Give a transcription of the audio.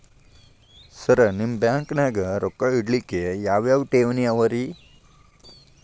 Sir ನಿಮ್ಮ ಬ್ಯಾಂಕನಾಗ ರೊಕ್ಕ ಇಡಲಿಕ್ಕೆ ಯಾವ್ ಯಾವ್ ಠೇವಣಿ ಅವ ರಿ?